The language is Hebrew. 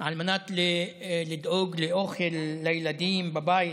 על מנת לדאוג לאוכל לילדים בבית.